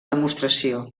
demostració